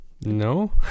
no